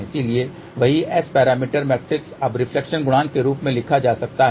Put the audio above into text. इसलिए वही S parameter matrix अब रिफ्लेक्शन गुणांक के रूप में लिखा जा सकता है